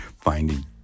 finding